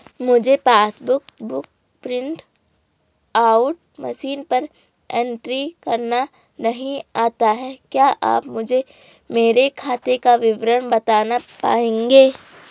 मुझे passbook book print out machine पर entry करना नहीं आता है क्या आप मुझे मेरे खाते का विवरण बताना पाएंगे?